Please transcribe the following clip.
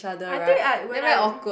I think I when I